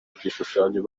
igishushanyo